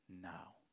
now